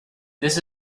this